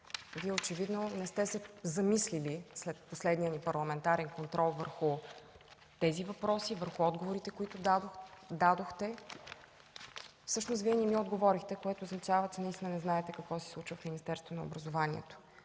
Вие очевидно не сте се замислили след последния парламентарен контрол върху тях, върху отговорите, които дадохте. Всъщност не ми отговорихте, което означава, че наистина не знаете какво се случва в Министерството на образованието